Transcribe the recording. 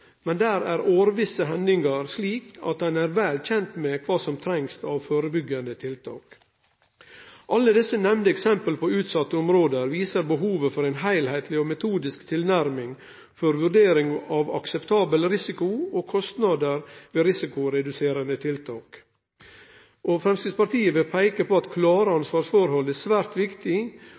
men på grunn av årvisse hendingar er det slik at ein er vel kjend med kva som trengst av førebyggjande tiltak. Alle desse nemnde eksempla på utsette område viser behovet for ei heilskapleg og metodisk tilnærming for vurdering av akseptabel risiko og kostnader ved risikoreduserande tiltak. Framstegspartiet vil peike på at klare ansvarsforhold og ei størst mogleg grad av samordning er svært viktig,